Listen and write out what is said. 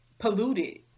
polluted